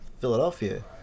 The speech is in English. Philadelphia